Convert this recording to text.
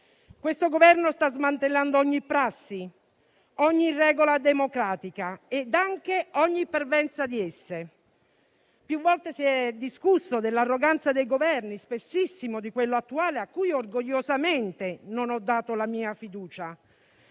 Questo Governo sta smantellando ogni prassi, ogni regola democratica e anche ogni parvenza di esse. Più volte si è discusso dell'arroganza dei Governi, spessissimo di quello attuale a cui orgogliosamente non ho dato la mia fiducia,